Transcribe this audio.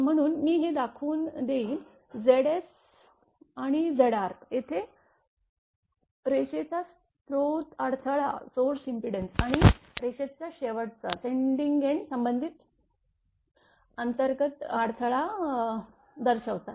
म्हणून मी हे दाखवून देईन Zs आणि Zr जेथे रेषेचा स्रोत अडथळा आणि रेषेच्या शेवटाशी संबंधित अंतर्गत अडथळा दर्शवतात